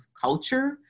culture